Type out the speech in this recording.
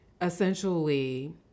essentially